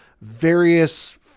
various